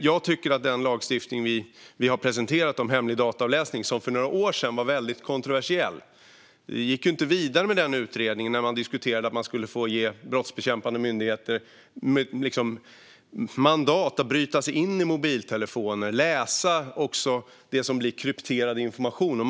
En annan sak är den lagstiftning vi har presenterat om hemlig dataavläsning, som för några år sedan var väldigt kontroversiell. Vi gick inte vidare med utredningen där man diskuterade om man skulle få ge brottsbekämpande myndigheter mandat att bryta sig in i mobiltelefoner och läsa krypterad information.